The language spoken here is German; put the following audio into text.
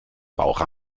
bauch